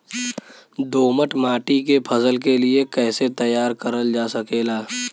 दोमट माटी के फसल के लिए कैसे तैयार करल जा सकेला?